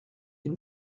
une